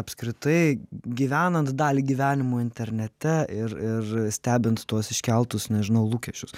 apskritai gyvenant dalį gyvenimo internete ir ir stebint tuos iškeltus nežinau lūkesčius